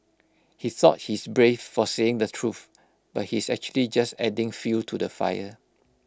he thought he's brave for saying the truth but he's actually just adding fuel to the fire